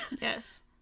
Yes